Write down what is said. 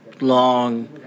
long